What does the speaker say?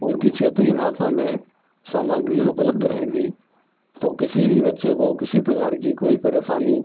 उनकी क्षेत्रीय भाषा में सामग्री उपलब्ध रहेगी तो किसी भी बच्चे को किसी प्रकार की कोई परेशानी